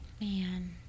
Man